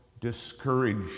discouraged